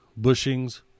bushings